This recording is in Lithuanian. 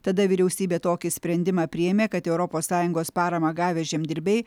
tada vyriausybė tokį sprendimą priėmė kad europos sąjungos paramą gavę žemdirbiai